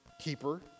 keeper